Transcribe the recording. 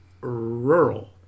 rural